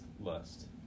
lust